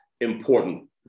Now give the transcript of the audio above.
important